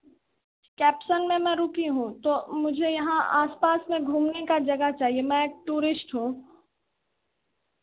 caption में मैं रुकी हूँ तो मुझे यहाँ आस पास में घूमने का जगह चाहिए तो मैं टूरिश्ट हूँ